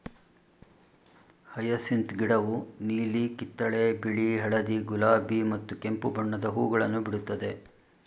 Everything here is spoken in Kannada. ಹಯಸಿಂತ್ ಗಿಡವು ನೀಲಿ, ಕಿತ್ತಳೆ, ಬಿಳಿ, ಹಳದಿ, ಗುಲಾಬಿ ಮತ್ತು ಕೆಂಪು ಬಣ್ಣದ ಹೂಗಳನ್ನು ಬಿಡುತ್ತದೆ